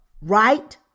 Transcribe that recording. right